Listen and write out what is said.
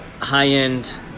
high-end